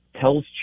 tells